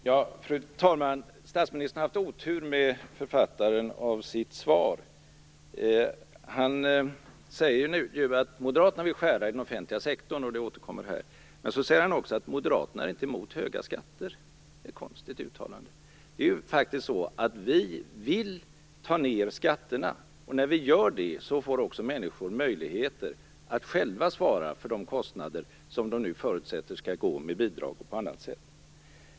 Fru talman! Statsministern har haft otur med författaren av sitt svar. Han sade där att moderaterna vill skära i den offentliga sektorn, och det har han också återkommit till. Men han säger också att moderaterna inte är emot höga skatter. Det är ett konstigt uttalande. Det är faktiskt så att vi vill minska skatterna. Då får människor också möjligheter att själva klara de kostnader som man nu förutsätter skall täckas med bidrag och på annat sätt.